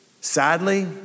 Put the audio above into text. Sadly